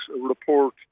report